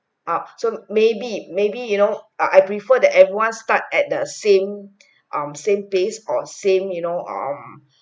up so maybe maybe you know I I prefer that everyone start at the same um same pace or same you know um